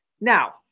Now